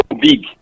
big